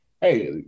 hey